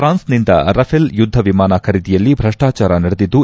France ನಿಂದ Rafale ಯುದ್ಧವಿಮಾನ ಖರೀದಿಯಲ್ಲಿ ಭಪ್ಪಚಾರ ನಡೆದಿದ್ದು